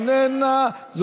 אינה נוכחת,